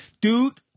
dude